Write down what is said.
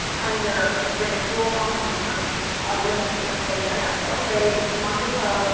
under british rule hong kong becomes a link in an international trade. it's an entrepot.